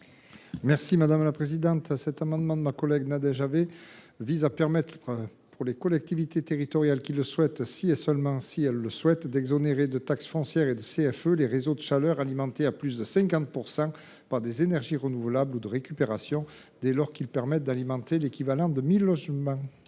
est à M. Bernard Buis. Cet amendement de notre collègue Nadège Havet vise à autoriser les collectivités territoriales qui le souhaitent – si et seulement si elles le souhaitent – à exonérer de taxe foncière et de CFE les réseaux de chaleur alimentés à plus de 50 % par des énergies renouvelables ou de récupération, dès lors qu’ils permettent d’alimenter l’équivalent de 1 000 logements.